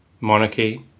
monarchy